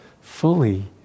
fully